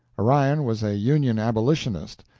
orion was a union abolitionist,